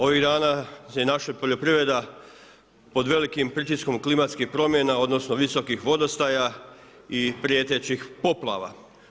Ovih dana je naša poljoprivreda pod velikim pritiskom klimatskih promjena, odnosno, visokih vodostaja i prijetećih poplava.